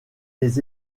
les